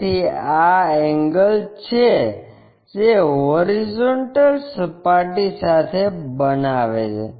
તેથી આ એંગલ છે જે હોરિઝોન્ટલ સપાટી સાથે બનાવે છે